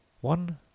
One